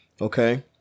okay